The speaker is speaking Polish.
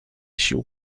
sił